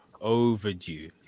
Overdue